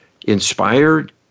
inspired